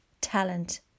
talent